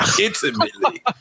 intimately